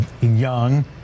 young